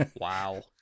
wow